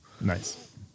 Nice